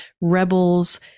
rebels